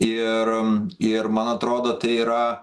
ir ir man atrodo tai yra